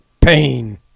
pain